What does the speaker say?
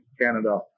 Canada